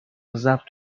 ضبط